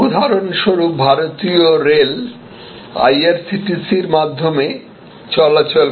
উদাহরণস্বরূপ ভারতীয় রেল আইআরসিটিসির মাধ্যমে চলাচল করে